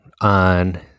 on